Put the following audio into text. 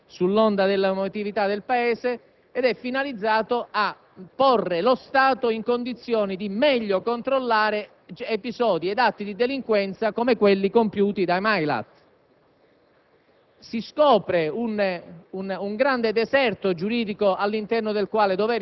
n. 181 del 2007 viene annunciato con grande propaganda politica, sull'onda dell'emotività del Paese ed è finalizzato a porre lo Stato in condizioni di controllare meglio episodi ed atti di delinquenza come quelli compiuti da Mailat.